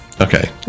Okay